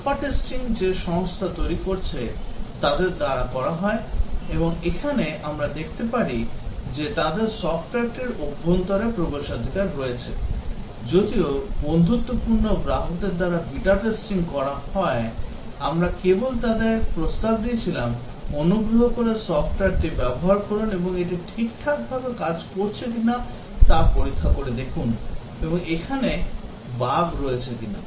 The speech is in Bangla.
আলফা টেস্টিং যে সংস্থা তৈরি করছে তাদের দ্বারা করা হয় এবং এখানে আমরা দেখতে পারি যে তাদের সফ্টওয়্যারটির অভ্যন্তরে প্রবেশাধিকার রয়েছে যদিও বন্ধুত্বপূর্ণ গ্রাহকদের দ্বারা বিটা টেস্টিং করা হয় আমরা কেবল তাদের প্রস্তাব দিয়েছিলাম অনুগ্রহ করে সফ্টওয়্যারটি ব্যবহার করুন এবং এটি ঠিকঠাকভাবে কাজ করছে কিনা তা পরীক্ষা করে দেখুন এবং এখানে বাগ রয়েছে কিনা